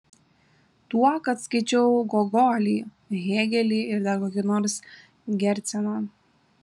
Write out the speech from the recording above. tuo kad skaičiau gogolį hėgelį ir dar kokį nors gerceną